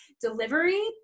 delivery